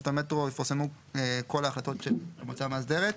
המטרו יפורסמו כל ההחלטות של המועצה המאסדרת,